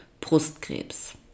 Brustkrebs